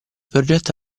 progetto